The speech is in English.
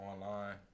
online